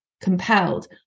compelled